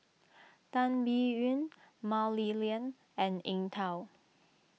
Tan Biyun Mah Li Lian and Eng Tow